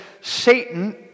Satan